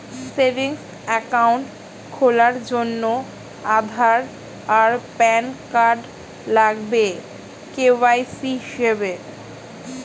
savings account খোলার জন্যে আধার আর প্যান কার্ড লাগবে কে.ওয়াই.সি হিসেবে